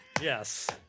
yes